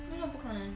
那个不可能